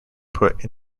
put